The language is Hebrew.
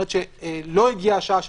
לא הגיעה השעה 18:30,